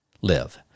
live